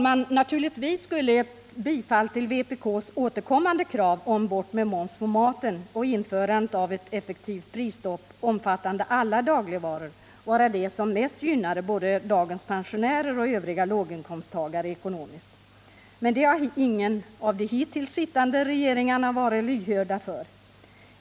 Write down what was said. Naturligtvis skulle ett bifall till vpk:s återkommande krav bort med moms på maten och införande av ett effektivt prisstopp omfattande alla dagligvaror vara det som mest gynnade både dagens pensionärer och övriga låginkomsttagare ekonomiskt. Men det har ingen av de hittills sittande regeringarna varit lyhörd för.